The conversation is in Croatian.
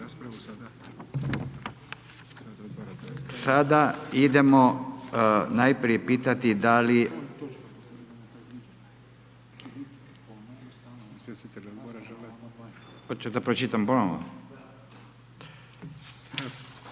Sada idemo najprije pitati da li,